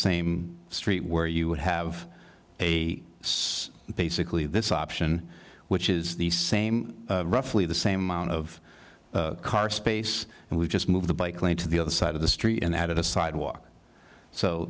same street where you would have a sense basically this option which is the same roughly the same amount of car space and we just move the bike lane to the other side of the street and out of the sidewalk so